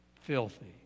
filthy